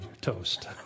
toast